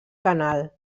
canal